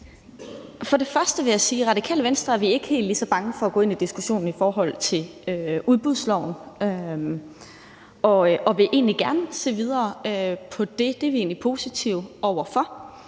For det første vil jeg sige, at i Radikale Venstre er vi ikke helt lige så bange for at gå ind i diskussionen i forhold til udbudsloven, og vi vil egentlig gerne se videre på det. Det er vi egentlig positive over for.